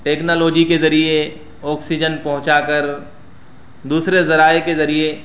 technology کے ذریعے oxygen پہنچا کر دوسرے ذرائع کے ذریعے